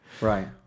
Right